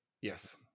Yes